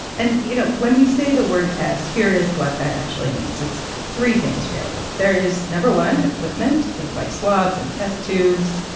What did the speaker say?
and, you know, when we say the word test, here is what that actually means. it's three things, really. there is, no. one, equipment things like swabs and test tubes.